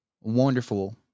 wonderful